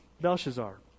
Belshazzar